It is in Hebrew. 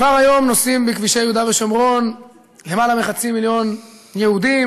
כבר היום נוסעים בכבישי יהודה ושומרון למעלה מחצי מיליון יהודים